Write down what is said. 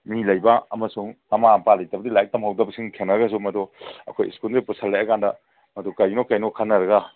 ꯃꯤ ꯂꯩꯕ ꯑꯃꯁꯨꯡ ꯃꯃꯥ ꯃꯄꯥ ꯂꯩꯇꯕꯗꯩ ꯂꯥꯏꯔꯤꯛ ꯇꯝꯍꯧꯗꯕꯁꯤꯡ ꯊꯦꯡꯅꯔꯒꯁꯨ ꯃꯗꯣ ꯑꯩꯈꯣꯏ ꯁ꯭ꯀꯨꯜꯁꯤꯒ ꯄꯨꯁꯜꯂꯛꯑꯦ ꯍꯥꯏꯔꯀꯥꯟꯗ ꯃꯗꯨ ꯀꯩꯅꯣ ꯀꯩꯅꯣ ꯈꯟꯅꯔꯒ